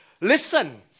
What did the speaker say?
listen